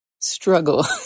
struggle